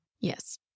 Yes